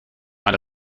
maar